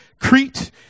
Crete